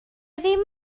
ddim